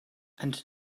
and